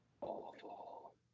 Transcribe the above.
awful